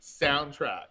soundtrack